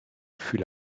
fut